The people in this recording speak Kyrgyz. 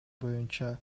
боюнча